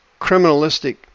criminalistic